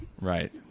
right